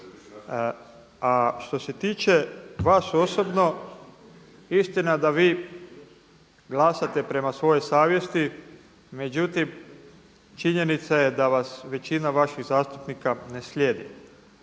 A što se tiče vas osobno istina je da vi glasate prema svojoj savjesti, međutim činjenica je da vas većina vaših zastupnika ne slijedi.